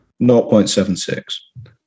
0.76